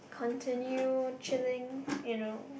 continue chilling you know